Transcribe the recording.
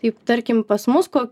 kaip tarkim pas mus ko